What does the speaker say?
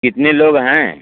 कितने लाेग हैं